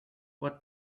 what